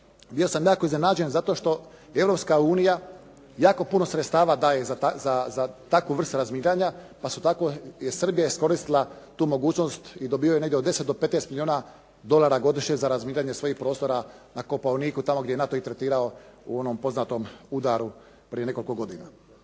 Bio sam jako iznenađen zato što Europska unija jako puno sredstava daje za takvu vrst razminiranja, pa je tako Srbija iskoristila tu mogućnost i dobivaju negdje od 10 do 15 milijuna dolara godišnje za razminiranje svojih prostora na Kopaoniku, tamo gdje je NATO ih tretirao u onom poznatom udaru prije nekoliko godina.